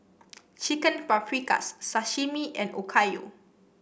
Chicken Paprikas Sashimi and Okayu